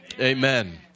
amen